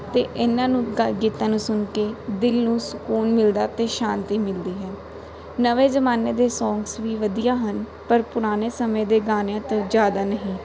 ਅਤੇ ਇਹਨਾਂ ਨੂੰ ਗਾ ਗੀਤਾਂ ਨੂੰ ਸੁਣ ਕੇ ਦਿਲ ਨੂੰ ਸਕੂਨ ਮਿਲਦਾ ਅਤੇ ਸ਼ਾਂਤੀ ਮਿਲਦੀ ਹੈ ਨਵੇਂ ਜ਼ਮਾਨੇ ਦੇ ਸੌਂਗਸ ਵੀ ਵਧੀਆ ਹਨ ਪਰ ਪੁਰਾਣੇ ਸਮੇਂ ਦੇ ਗਾਣਿਆਂ ਤੋਂ ਜ਼ਿਆਦਾ ਨਹੀਂ